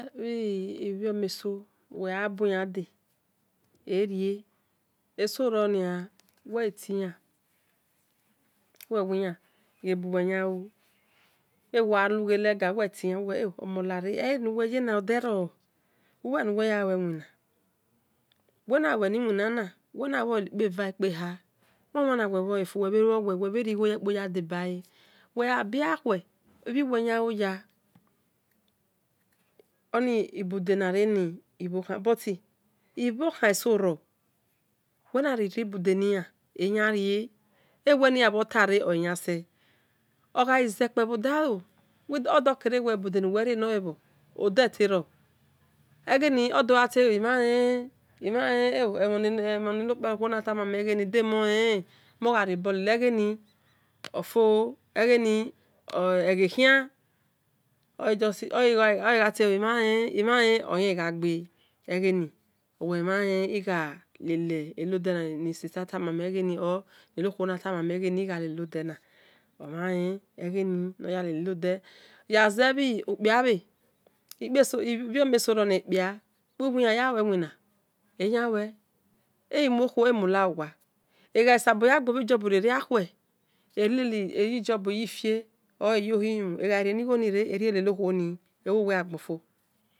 Bhi ibhiome so wegha bui lade erie eso ronia wel ghi tian wel wi an ghe buwel yanlu ewo gha lughe khian wel ti- an wel ghe omon lare enuwel yena odero lue nuwe ya lue-iwina wel na luuole li kpe-va-kpe-har wawana wel bhe luo wel wel bhe righo yekpo ya dadebule wel gha bie-akhue ibhiuwel yan loya oni ibude na rie ni ibhokban buti ibhokhan eso ro wel nareri bude ni an eyan-rie ewel ni yan bho tare ole yan se oghai zekpe bhodalo odor kere wel ghe ibude nuwe riena ode-ote-or egheri ordor gha tie e o imhalen emohon ne nor mhan na tamame egheni demo-lelen mon gha rio-bor lele egheni ofo egheni eghe khian egheni ogha tie imhanle imhanlen oyanghi gha gbe egheni owel eghini imhanle igha lele-ono de ni sister tamame egheni or nenokhuo na- tamame egheni igha lenonodena omhan len egheni nor yar lelenode ya ze- bhi-okpia bhe- ibhioma so bhe ronia wil weke yalue iwinu eyan lue ighi muo-khuo emu lawowu egha sabaya gbo bhi job ri ere akhue eyi job eyi fie or eyi-ohilumhon eghai yarie ni-ghoni re erie ne nokhuo ni ewowel agbonfo.